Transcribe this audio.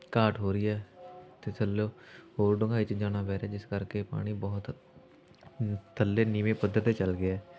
ਘਾਟ ਹੋ ਰਹੀ ਹੈ ਅਤੇ ਥੱਲਿਓਂ ਹੋਰ ਡੂੰਘਾਈ 'ਚ ਜਾਣਾ ਪੈ ਰਿਹਾ ਜਿਸ ਕਰਕੇ ਪਾਣੀ ਬਹੁਤ ਥੱਲੇ ਨੀਵੇਂ ਪੱਧਰ 'ਤੇ ਚੱਲ ਗਿਆ